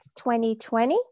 2020